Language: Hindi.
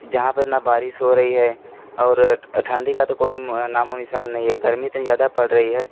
जहाँ पर ना बारिश हो रई है और ठंडी का तो कोई नामो निशान नहीं है गर्मी इतनी ज़्यादा पड़ रही है